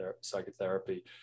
psychotherapy